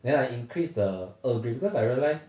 then I increased the earl grey because I realise